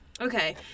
okay